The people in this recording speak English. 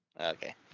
okay